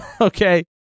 okay